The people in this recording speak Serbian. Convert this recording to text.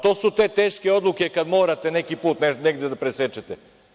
To su te teške odluke kada morate neki put negde da presečete.